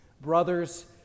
Brothers